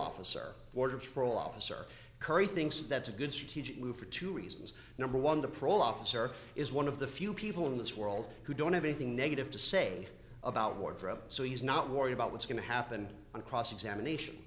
officer border patrol officer curry thinks that's a good strategic move for two reasons number one the prole officer is one of the few people in this world who don't have anything negative to say about wardrobe so he's not worried about what's going to happen on cross examination